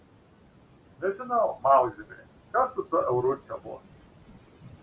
nežinau mauzeri kas su tuo euru čia bus